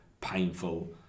painful